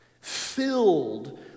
Filled